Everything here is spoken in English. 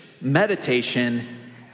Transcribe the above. meditation